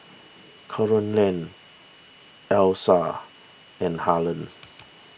Carolann Allyssa and Harland